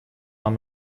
нам